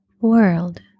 world